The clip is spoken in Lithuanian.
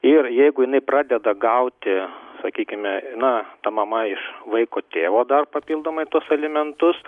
ir jeigu jinai pradeda gauti sakykime na mama iš vaiko tėvo dar papildomai tuos alimentus